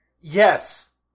Yes